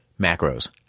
Macros